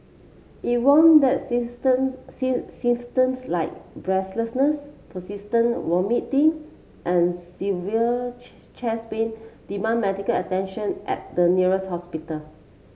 it warn that symptoms like breathlessness persistent vomiting and severe chest pain demand medical attention at the nearest hospital